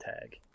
tag